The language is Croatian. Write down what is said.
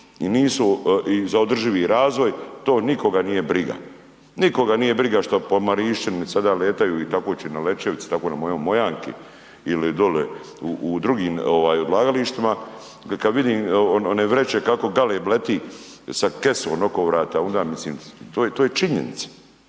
za održivi razvoj, to nikoga nije briga. Nikoga nije briga što po Marišćini im sada letaju i tako će na Lečevici, tako da na mojoj Mojanki ili dole u drugim odlagalištima, kad vidim one vreće kako galeb leti sa kesom oko vrata, onda mislim to je činjenica.